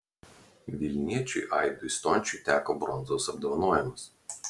vilniečiui aidui stončiui teko bronzos apdovanojimas